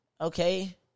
Okay